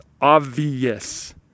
obvious